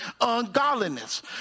ungodliness